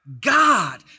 God